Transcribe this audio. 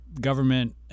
government